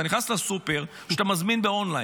אתה נכנס לסופר או שאתה מזמין באונליין?